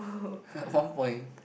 one point